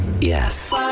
Yes